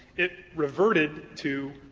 it reverted to